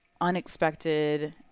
unexpected